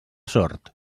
sort